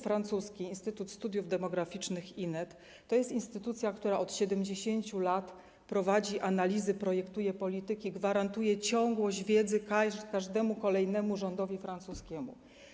Francuski instytut studiów demograficznych INET to instytucja, która od 70 lat prowadzi analizy, projektuje polityki, gwarantuje ciągłość wiedzy każdemu kolejnemu rządowi francuskiemu.